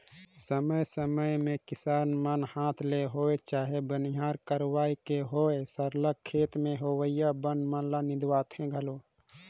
समे समे में किसान मन हांथ ले होए चहे बनिहार कइर के होए सरलग खेत में होवइया बन मन ल निंदवाथें घलो